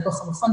לתוך המכון,